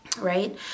right